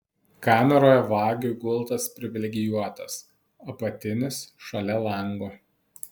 kameroje vagiui gultas privilegijuotas apatinis šalia lango